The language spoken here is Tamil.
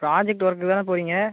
ப்ராஜெக்ட் ஒர்க்குக்கு தானே போகிறீங்க